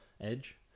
edge